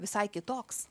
visai kitoks